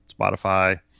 Spotify